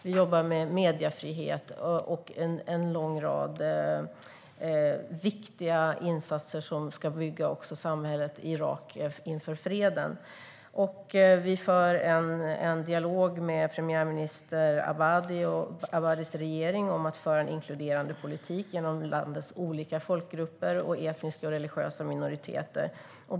Vi jobbar med mediefrihet och en lång rad viktiga insatser som ska bygga samhället i Irak inför freden. Vi för en dialog med premiärminister Abadi och hans regering om att föra en inkluderande politik gentemot landets olika folkgrupper och etniska och religiösa minoriteter.